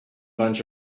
bunch